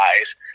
eyes